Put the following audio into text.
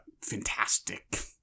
fantastic